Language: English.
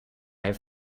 have